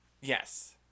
Yes